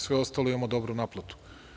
Sve ostalo, imamo dobru naplatu.